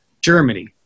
Germany